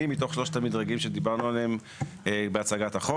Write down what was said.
מתוך שלושת המדרגים שדיברנו עליהם בהצעת החוק.